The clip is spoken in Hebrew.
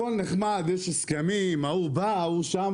הכל נחמד, יש הסכמים, ההוא בא, ההוא שם